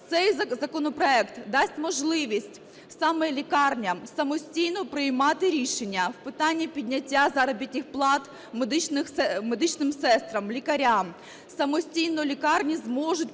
Цей законопроект дасть можливість саме лікарням самостійно приймати рішення в питанні підняття заробітних плат медичним сестрам, лікарям. Самостійно лікарні зможуть